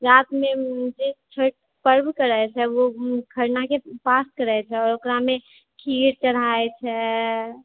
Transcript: रातिमे जे छठि पर्व करै छै ओ खरना के फ़ास्ट करै छै ओकरामे खीर चढ़ाबै छै